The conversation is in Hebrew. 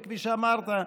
וכפי שאמרת,